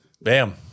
Bam